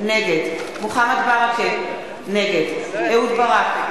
נגד מוחמד ברכה, נגד אהוד ברק,